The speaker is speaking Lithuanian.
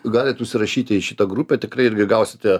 galit užsirašyti į šitą grupę tikrai irgi gausite